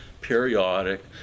periodic